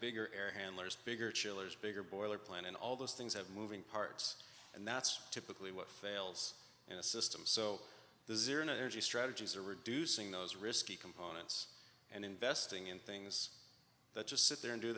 bigger air handlers bigger chillers bigger boiler plant and all those things have moving parts and that's typically what fails in a system so zero energy strategies are reducing those risky components and investing in things that just sit there and do